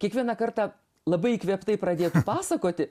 kiekvieną kartą labai įkvėptai pradėtų pasakoti